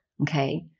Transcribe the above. Okay